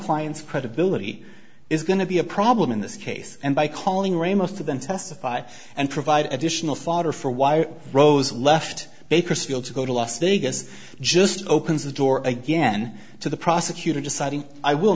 client's credibility is going to be a problem in this case and by calling ramos to then testify and provide additional fodder for why rose left bakersfield to go to las vegas just opens the door again to the prosecutor deciding i will